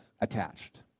attached